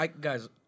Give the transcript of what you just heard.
guys